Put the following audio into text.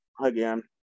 again